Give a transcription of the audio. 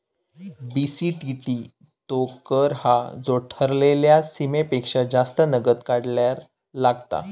BCTT तो कर हा जो ठरलेल्या सीमेपेक्षा जास्त नगद काढल्यार लागता